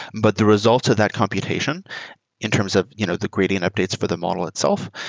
but the results of that computation in terms of you know the gradient updates for the model itself,